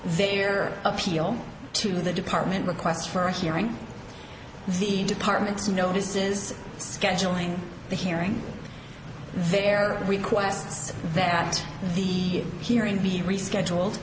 their appeal to the department requests for hearing the department to notices scheduling the hearing their requests that the hearing be rescheduled